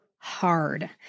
hard